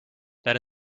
that